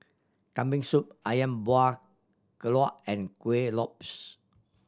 Kambing Soup Ayam Buah Keluak and Kuih Lopes